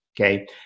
okay